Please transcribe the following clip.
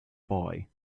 boy